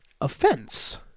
offense